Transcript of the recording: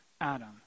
Adam